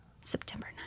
September